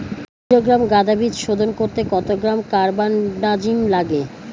প্রতি কিলোগ্রাম গাঁদা বীজ শোধন করতে কত গ্রাম কারবানডাজিম লাগে?